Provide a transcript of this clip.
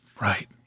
Right